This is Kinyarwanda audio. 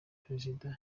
perezida